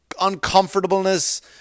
uncomfortableness